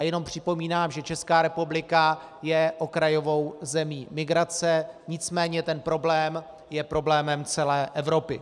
Jenom připomínám, že Česká republika je okrajovou zemí migrace, nicméně problém je problémem celé Evropy.